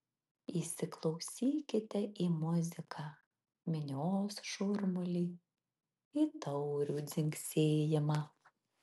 įsiklausykite į muziką minios šurmulį į taurių dzingsėjimą